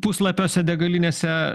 puslapiuose degalinėse